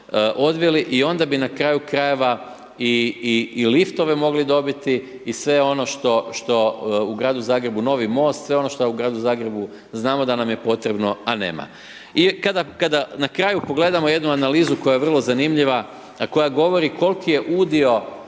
i onda bi na kraju krajeva i, i liftove mogli dobiti, i sve ono što, što u Gradu Zagrebu, novi most, sve ono šta je u Gradu Zagrebu znamo da nam je potrebno, a nema. I kada, kada na kraju pogledamo jednu analizu koja je vrlo zanimljiva, a koja govori kol'ki je udio